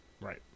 Right